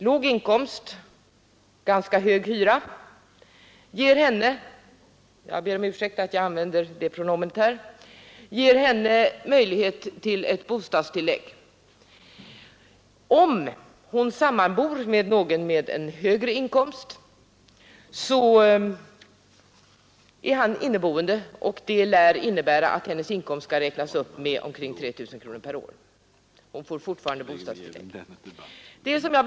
Låg inkomst och ganska hög hyra ger henne — jag ber om ursäkt att jag använder det pronomenet här — möjlighet till bostadstillägg. Om hon sammanbor med någon som har högre inkomst är han inneboende, och det lär innebära att hennes inkomst skall räknas upp med omkring 3 000 kronor per år. Hon får fortfarande bostadstillägg.